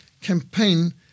campaign